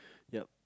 ya